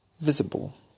visible